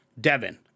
Devin